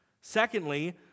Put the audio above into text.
Secondly